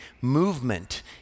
movement